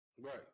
Right